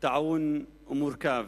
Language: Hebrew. טעון ומורכב.